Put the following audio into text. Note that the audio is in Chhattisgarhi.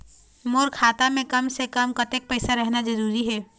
मोर खाता मे कम से से कम कतेक पैसा रहना जरूरी हे?